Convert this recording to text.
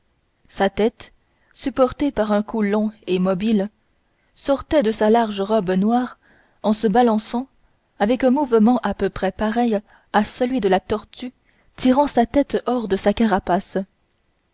sa tête supportée par un cou long et mobile sortait de sa large robe noire en se balançant avec un mouvement à peu près pareil à celui de la tortue tirant sa tête hors de sa carapace